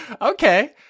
okay